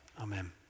Amen